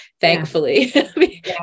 thankfully